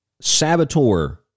Saboteur